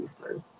first